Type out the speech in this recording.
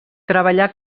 treballà